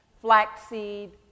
flaxseed